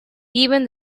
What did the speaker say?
given